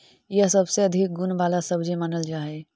यह सबसे अधिक गुण वाला सब्जी मानल जा हई